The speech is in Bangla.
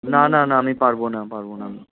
না না না আমি পারব না পারব না আমি